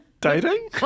Dating